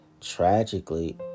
Tragically